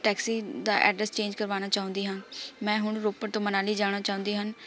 taxi ਦਾ address change ਕਰਵਾਉਣਾ ਚਾਹੁੰਦੀ ਹਾਂ ਮੈਂ ਹੁਣ ਰੋਪੜ ਤੋਂ ਮਨਾਲੀ ਜਾਣਾ ਚਾਹੁੰਦੀ ਹਨ